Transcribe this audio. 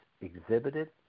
exhibited